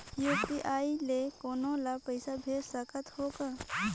UPI ले कोनो ला पइसा भेज सकत हों का?